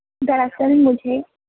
دراصل مجھے